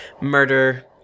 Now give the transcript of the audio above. murder